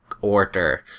order